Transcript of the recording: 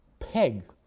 peg,